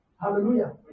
Hallelujah